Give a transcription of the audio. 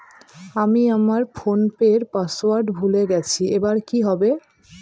আমি আমার ফোনপের পাসওয়ার্ড ভুলে গেছি এবার কি হবে?